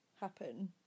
happen